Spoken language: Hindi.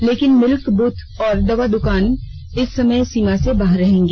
लेकिन मिल्क बूथ और दवा द्वकाने इस समय सीमा से बाहर रहेंगी